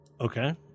Okay